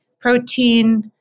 protein